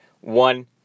one